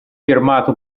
firmato